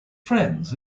friends